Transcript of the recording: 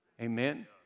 Amen